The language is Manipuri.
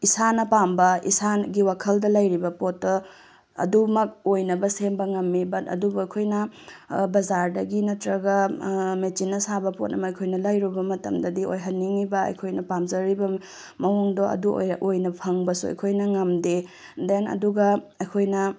ꯏꯁꯥꯅ ꯄꯥꯝꯕ ꯏꯁꯥꯒꯤ ꯋꯥꯈꯜꯗ ꯂꯩꯔꯤꯕ ꯄꯣꯠꯇ ꯑꯗꯨꯃꯛ ꯑꯣꯏꯅꯕ ꯁꯦꯝꯕ ꯉꯝꯃꯤ ꯕꯠ ꯑꯗꯨꯕꯨ ꯑꯩꯈꯣꯏꯅ ꯕꯖꯥꯔꯗꯒꯤ ꯅꯠꯇ꯭ꯔꯒ ꯃꯦꯆꯤꯟꯅ ꯁꯥꯕ ꯄꯣꯠ ꯑꯃ ꯑꯩꯈꯣꯏꯅ ꯂꯩꯔꯨꯕ ꯃꯇꯝꯗꯗꯤ ꯑꯣꯏꯍꯟꯅꯤꯡꯉꯤꯕ ꯑꯩꯈꯣꯏꯅ ꯄꯥꯝꯖꯔꯤꯕ ꯃꯑꯣꯡꯗꯣ ꯑꯗꯨ ꯑꯣꯏꯅ ꯐꯪꯕꯁꯨ ꯑꯩꯈꯣꯏꯅ ꯉꯝꯗꯦ ꯗꯦꯟ ꯑꯗꯨꯒ ꯑꯩꯈꯣꯏꯅ